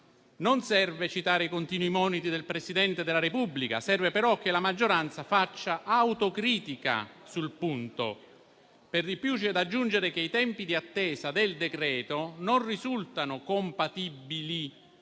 Non serve citare i continui moniti del Presidente della Repubblica, ma serve che la maggioranza faccia autocritica sul punto. Per di più, c'è da aggiungere che i tempi di attesa del decreto non risultano compatibili